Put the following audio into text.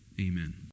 Amen